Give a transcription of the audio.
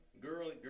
girl